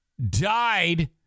died